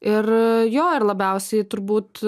ir jo ir labiausiai turbūt